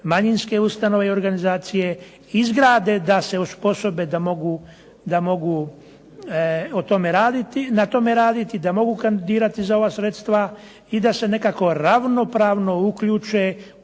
manjinske ustanove i organizacije izgrade, da se osposobe da mogu na tome raditi, da mogu kandidirati za ova sredstva i da se nekako ravnopravno uključe